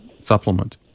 supplement